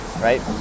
right